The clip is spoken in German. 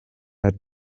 hat